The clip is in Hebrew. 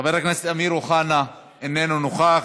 חבר הכנסת אמיר אוחנה, איננו נוכח.